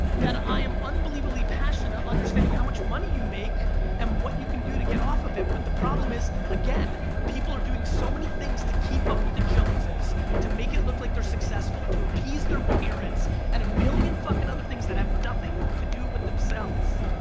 that i am unbelievably passionate understanding how much money you make and what you can do to get off of it but the problem is again people are doing so many things to keep up with the joneses to make it look like they're successful to appease their parents and a million fuckin other things that have nothing to do with themselves